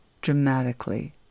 dramatically